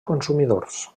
consumidors